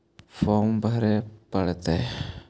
Farm भरे परतय?